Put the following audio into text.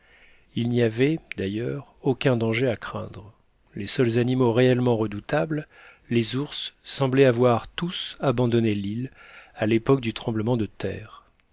il n'y avait d'ailleurs aucun danger à craindre les seuls animaux réellement redoutables les ours semblaient avoir tous abandonné l'île à l'époque du tremblement de terre